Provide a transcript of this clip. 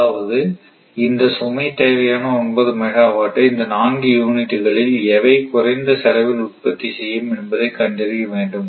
அதாவது இந்த சுமை தேவையான 9 மெகாவாட்டை இந்த நான்கு யூனிட்டுகளில் எவை குறைந்த செலவில் உற்பத்தி செய்யும் என்பதை கண்டறிய வேண்டும்